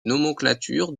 nomenclature